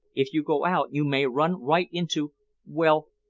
if you go out you may run right into well,